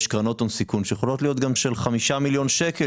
יש קרנות הון סיכון שיכולות להיות גם של 5 מיליון שקל,